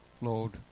Lord